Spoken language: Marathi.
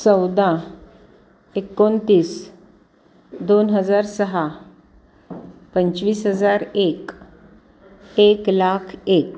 चौदा एकोणतीस दोन हजार सहा पंचवीस हजार एक एक लाख एक